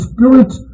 Spirit